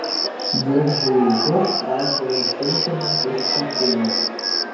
biržų laukus tręšdavo silkėmis iš statinių